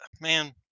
man